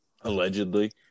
allegedly